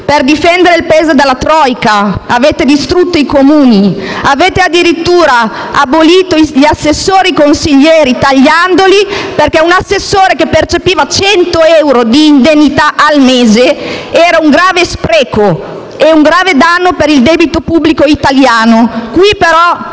per difendere il Paese dalla *troika* avete distrutto i Comuni. Avete addirittura abolito gli assessori consiglieri attraverso i tagli, perché un assessore che percepiva 100 euro di indennità al mese era un grave spreco e un grave danno per il debito pubblico italiano. Qui però